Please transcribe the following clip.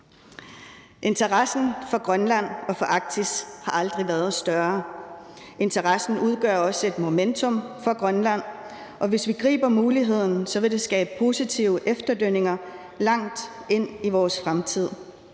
Interessen for Grønland og for Arktis har aldrig været større. Interessen udgør også et momentum for Grønland, og hvis vi griber muligheden, vil det skabe positive efterdønninger langt ind i vores fremtid: